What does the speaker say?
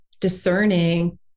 discerning